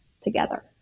together